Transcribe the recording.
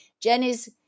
Jenny's